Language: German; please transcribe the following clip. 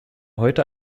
heute